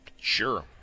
Sure